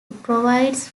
provides